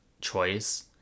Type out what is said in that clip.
choice